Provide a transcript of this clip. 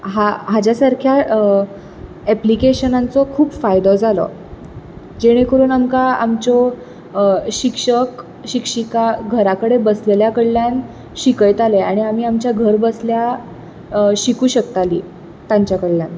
हा हाज्या सारक्या एप्लिकेशनांचो खूब फायदो जालो जेणे करुन आमकां आमच्यो शिक्षक शिक्षिका घरा कडेन बसलेल्या कडल्यान शिकयताले आनी आमच्या घर बसल्या शिकू शकताली तांच्या कडल्यान